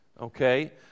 okay